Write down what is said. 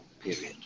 period